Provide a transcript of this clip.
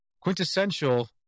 quintessential